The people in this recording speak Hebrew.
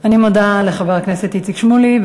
אני מודה לחבר הכנסת איציק שמולי,